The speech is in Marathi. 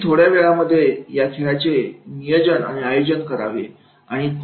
अगदी थोड्या वेळामध्ये या खेळाचे नियोजन आणि आयोजन करावे